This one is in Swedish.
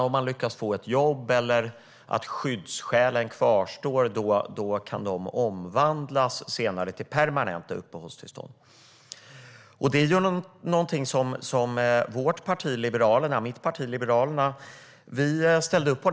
Om man lyckas få ett jobb eller om skyddsskälen kvarstår kan det tillfälliga uppehållstillståndet senare omvandlas till ett permanent uppehållstillstånd. Detta är någonting som mitt parti Liberalerna ställde upp på.